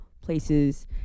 places